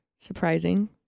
surprising